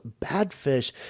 Badfish